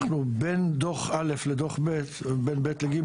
בין דוח א' לדוח ב' ובין דוח ב' לדוח ג'